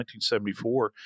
1974